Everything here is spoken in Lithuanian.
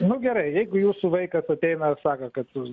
nu gerai jeigu jūsų vaiką ateina sako kad su